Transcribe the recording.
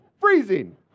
freezing